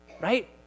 right